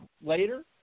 later